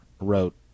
wrote